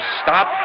stop